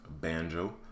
Banjo